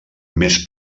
més